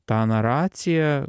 tą naraciją